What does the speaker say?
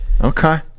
Okay